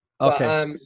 Okay